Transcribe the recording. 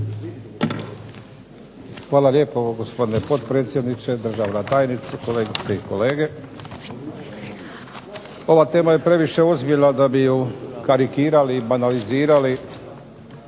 Hvala lijepo gospodine potpredsjedniče. Državna tajnice, kolegice i kolege zastupnici. Ova tema je previše ozbiljna da bi karikirali i banalizirali